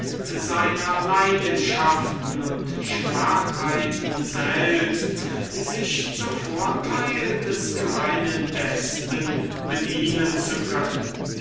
seiner leidenschaften und schwachheiten selbst sich zum vorteil des gemeinen besten bedienen zu können